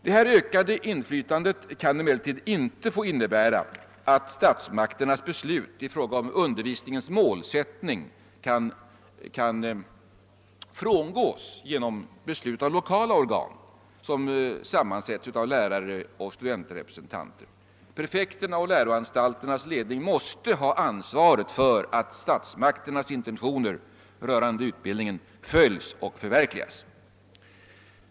Detta ökade inflytande får emellertid inte innebära att statsmakternas beslut om undervisningens målsättning skall kunna frångås genom beslut av lokala organ som sammansättes av lärareoch studentrepresentanter. Prefekterna och läroanstalternas ledning måste ha ansvaret för att statsmakterna intentioner rörande utbildningen följes och förverkligas.